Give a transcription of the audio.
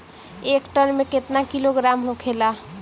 एक टन मे केतना किलोग्राम होखेला?